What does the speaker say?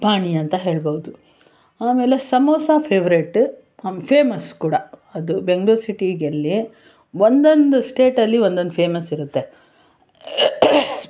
ಪಾನೀಯ ಅಂತ ಹೇಳ್ಬೋದು ಆಮೇಲೆ ಸಮೋಸ ಫೇವ್ರೆಟ ಫೇಮಸ್ ಕೂಡ ಅದು ಬೆಂಗ್ಳೂರು ಸಿಟಿಗೆಲ್ಲಿ ಒಂದೊಂದು ಸ್ಟೇಟಲ್ಲಿ ಒಂದೊಂದು ಫೇಮಸ್ ಇರುತ್ತೆ